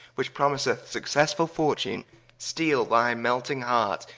which promiseth successefull fortune steele thy melting heart,